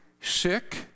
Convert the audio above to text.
sick